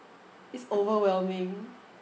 it's overwhelming